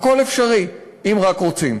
הכול אפשרי, אם רק רוצים.